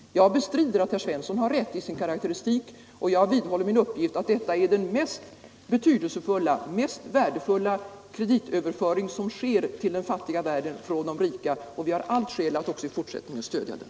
Jag bestrider att herr Svensson har rätt i sin karakteristik och vidhåller min appgift att detta är den mest betydelsefulla, mest värdefulla kreditöverföring som sker till den fattiga världen från den rika. Vi har allt skäl att också i fortsättningen stödja den.